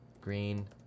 green